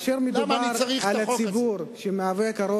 אני רק שואל אותך למה אני צריך את החוק הזה.